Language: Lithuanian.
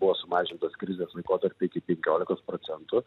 buvo sumažintas krizės laikotarpiu iki penkiolikos procentų